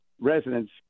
residents